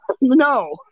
no